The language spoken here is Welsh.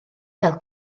gael